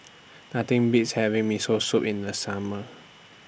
Nothing Beats having Miso Soup in The Summer